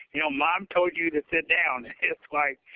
you know mom, told you to sit down. it's like,